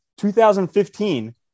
2015